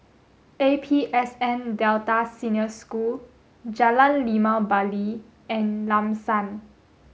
A P S N Delta Senior School Jalan Limau Bali and Lam San